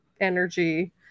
energy